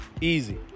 Easy